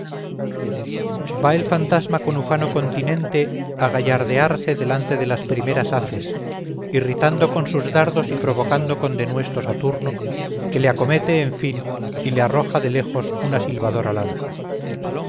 va el fantasma con ufano continente a gallardearse delante de las primeras haces irritando con sus dardos y provocando con denuestos a turno que le acomete en fin y le arroja de lejos una silbadora lanza